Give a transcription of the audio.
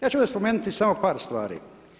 Ja ću ovdje spomenuti samo par stvari.